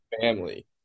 family